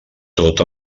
tot